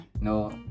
No